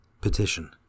Petition